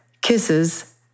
kisses